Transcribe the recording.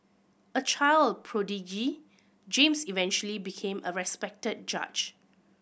a child prodigy James eventually became a respected judge